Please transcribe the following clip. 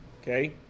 Okay